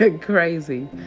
crazy